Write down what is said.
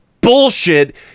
bullshit